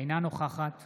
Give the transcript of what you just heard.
אינה נוכחת